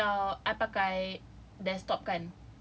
so kalau I pakai desktop kan